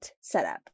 setup